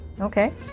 Okay